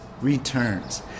returns